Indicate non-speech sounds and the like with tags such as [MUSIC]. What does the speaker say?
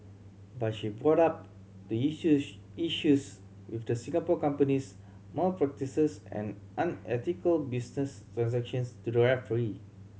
but she brought up the [UNINTELLIGIBLE] issues with the Singapore company's malpractices and unethical business transactions to the referee